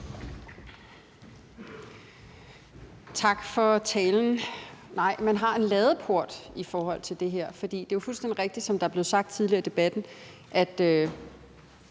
Tak for talen. Nej, man har en ladeport i forhold til det her, for det er jo fuldstændig rigtigt, som der er blevet sagt tidligere i debatten, at